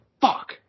fuck